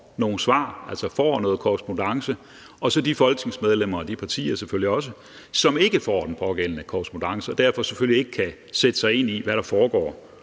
nogle svar, altså får noget korrespondance, og så de folketingsmedlemmer, og de partier selvfølgelig også, som ikke får den pågældende korrespondance og derfor selvfølgelig ikke kan sætte sig ind i, hvad der foregår